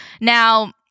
now